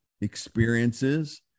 experiences